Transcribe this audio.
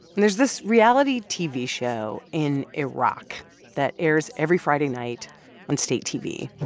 and there's this reality tv show in iraq that airs every friday night on state tv.